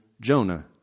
Jonah